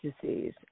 Disease